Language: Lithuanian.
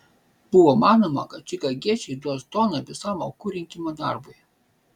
buvo manoma kad čikagiečiai duos toną visam aukų rinkimo darbui